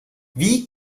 wie